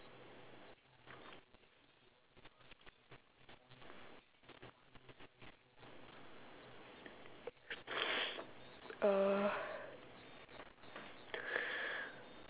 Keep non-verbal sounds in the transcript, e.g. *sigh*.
*noise* uh